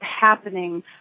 happening